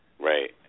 right